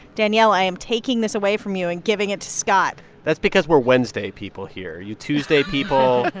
danielle, i am taking this away from you and giving it to scott that's because we're wednesday people here. you tuesday people.